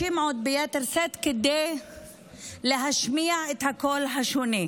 כדי להשמיע את הקול השונה.